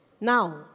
Now